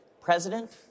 president